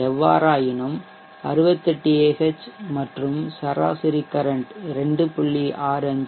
எவ்வாறாயினும் 68Ah மற்றும் சராசரி கரன்ட் 2